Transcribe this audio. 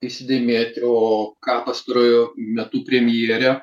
įsidėmėti o ką pastaruoju metu premjerė